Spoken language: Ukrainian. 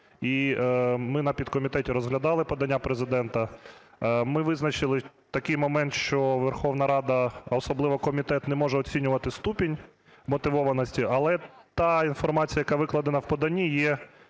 і ми на підкомітеті розглядали подання Президента. Ми визначили такий момент, що Верховна Рада, а особливо комітет, не може оцінювати ступінь вмотивованості. Але та інформація, яка викладена в поданні, є